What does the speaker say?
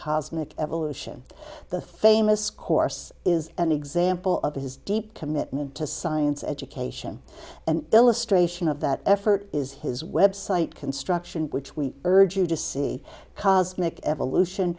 cosmic evolution the famous course is an example of his deep commitment to science education and illustration of that effort is his website construction which we urge you to see cosmic evolution